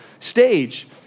Stage